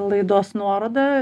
laidos nuorodą